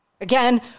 Again